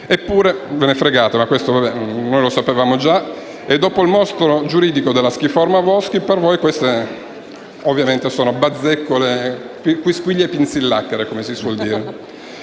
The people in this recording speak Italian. Eppure ve ne fregate, ma questo noi lo sapevamo già: dopo il mostro giuridico della "schiforma" Boschi, per voi queste sono bazzecole, quisquilie, pinzillacchere. Passando